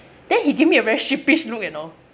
then he give me a very sheepish look you know